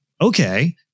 okay